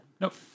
Nope